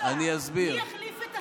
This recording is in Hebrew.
מי יחליף את הסוהרות?